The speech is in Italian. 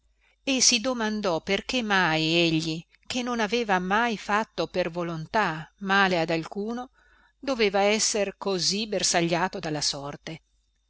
e si domandò perché mai egli che non aveva mai fatto per volontà male ad alcuno doveva esser così bersagliato dalla sorte